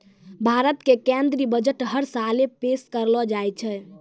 भारत के केन्द्रीय बजट हर साले पेश करलो जाय छै